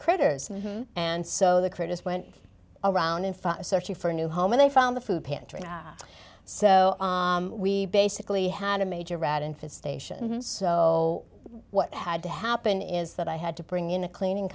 critters and so the critters went around in fact searching for a new home and they found the food pantry and so we basically had a major rat infestations so what had to happen is that i had to bring in a cleaning